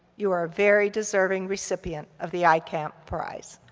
you are a very deserving recipient of the eykamp prize.